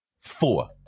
Four